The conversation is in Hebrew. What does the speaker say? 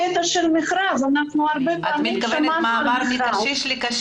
את מתכוונת למעבר מקשיש לקשיש.